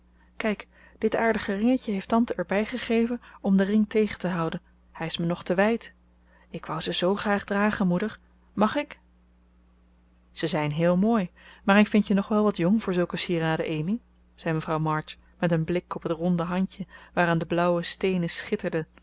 kijk dit aardige ringetje heeft tante erbij gegeven om den ring tegen te houden hij is me nog te wijd ik wou ze zoo graag dragen moeder mag ik ze zijn heel mooi maar ik vind je nog wel wat jong voor zulke sieraden amy zei mevrouw march met een blik op het ronde handje waaraan de blauwe steenen schitterden